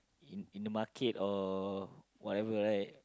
in in the market or whatever right